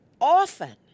often